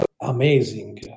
amazing